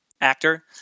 actor